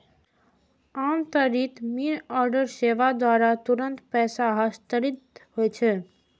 आब त्वरित मनीऑर्डर सेवा द्वारा तुरंत पैसा हस्तांतरित होइ छै